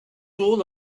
rule